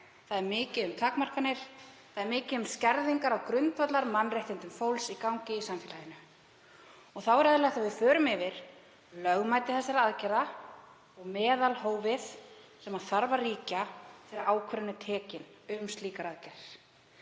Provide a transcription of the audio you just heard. Það er mikið um takmarkanir, það er mikið um skerðingar á grundvallarmannréttindum fólks nú í samfélaginu. Þá er eðlilegt að við förum yfir lögmæti þessara aðgerða og meðalhófið sem þarf að ríkja þegar ákvörðun er tekin um slíkar aðgerðir.